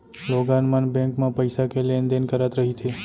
लोगन मन बेंक म पइसा के लेन देन करत रहिथे